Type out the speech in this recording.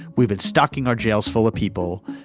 we've been stocking our jails full of people.